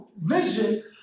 vision